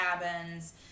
cabins